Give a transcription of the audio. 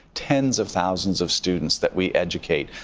tens of thousands of students that we educate,